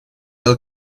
del